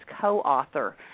co-author